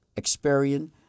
experian